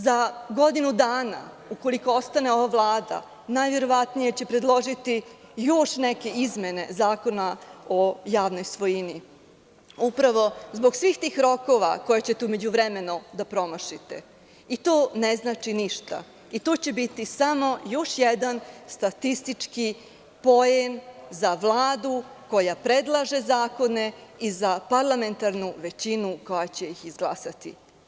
Za godinu dana, ukoliko ostane ova Vlada, najverovatnije će predložiti još neke izmene Zakona o javnoj svojini, upravo zbog svih tih rokova koje ćete u međuvremenu da promašite i to ne znači ništa i to će biti samo još jedan statistički poen za Vladu koja predlaže zakone i za parlamentarnu većinu koja će ih izglasati.